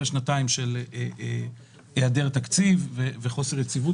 אחרי שנתיים של היעדר תקציב וחוסר יציבות